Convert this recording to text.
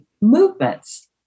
movements